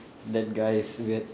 that guy is weird